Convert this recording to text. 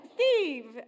Steve